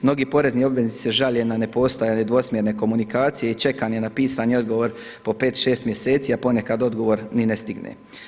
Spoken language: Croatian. Mnogi porezni obvezni se žale na ne postojanje dvosmjerne komunikacije i čekanja na pisani odgovor po pet, šest mjeseci, a ponekad odgovor ni ne stigne.